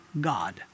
God